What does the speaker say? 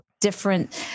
different